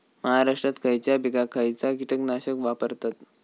महाराष्ट्रात खयच्या पिकाक खयचा कीटकनाशक वापरतत?